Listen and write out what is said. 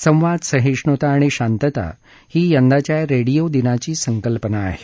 संवाद सहिष्णुता आणि शांतता ही यंदाच्या रेडियो दिनाची संकल्पना आहे